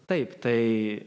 taip tai